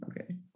Okay